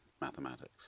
mathematics